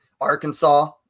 Arkansas